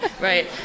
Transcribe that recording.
right